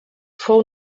fou